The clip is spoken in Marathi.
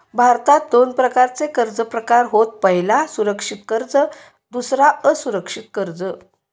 भारतात दोन प्रकारचे कर्ज प्रकार होत पह्यला सुरक्षित कर्ज दुसरा असुरक्षित कर्ज